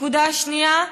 נקודה שנייה,